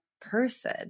person